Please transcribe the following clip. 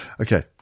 Okay